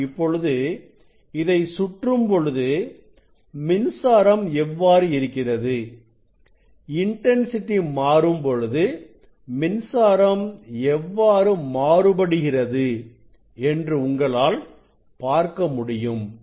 நான் இப்பொழுது இதை சுற்றும் பொழுது மின்சாரம் எவ்வளவு இருக்கிறது இன்டன்சிட்டி மாறும்பொழுது மின்சாரம் எவ்வாறு மாறுபடுகிறது என்று உங்களால் பார்க்க முடியும்